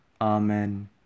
Amen